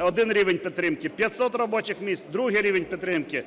один рівень підтримки, 500 робочих місць – другий рівень підтримки,